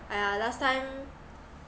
!aiya! last time